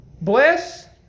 Bless